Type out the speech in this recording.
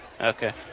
Okay